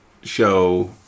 show